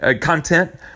Content